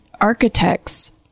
architects